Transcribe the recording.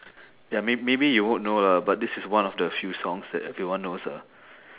ya mayb~ maybe you won't know lah but this is one of the few songs that everyone knows ah